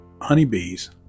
Honeybees